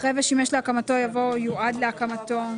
אחרי "ושימש להקמתו" יבוא "יועד להקמתו".